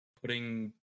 putting